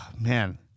Man